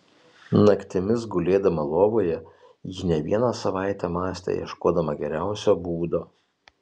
naktimis gulėdama lovoje ji ne vieną savaitę mąstė ieškodama geriausio būdo